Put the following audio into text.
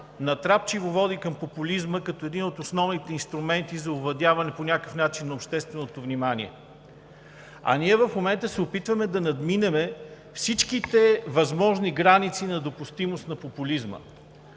натрапчиво води към популизма като един от основните инструменти за овладяване на общественото внимание по някакъв начин, а в момента ние се опитваме да надминем всичките възможни граници на допустимост на популизма.